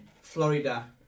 Florida